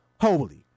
holy